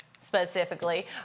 specifically